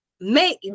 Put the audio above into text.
make